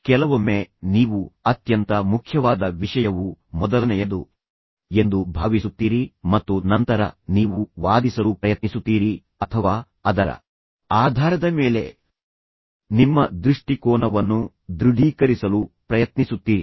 ಕೆಲವೊಮ್ಮೆ ನೀವು ಅತ್ಯಂತ ಮುಖ್ಯವಾದ ವಿಷಯವು ಮೊದಲನೆಯದು ಎಂದು ಭಾವಿಸುತ್ತೀರಿ ಮತ್ತು ನಂತರ ನೀವು ವಾದಿಸಲು ಪ್ರಯತ್ನಿಸುತ್ತೀರಿ ಅಥವಾ ಅದರ ಆಧಾರದ ಮೇಲೆ ನಿಮ್ಮ ದೃಷ್ಟಿಕೋನವನ್ನು ದೃಢೀಕರಿಸಲು ಪ್ರಯತ್ನಿಸುತ್ತೀರಿ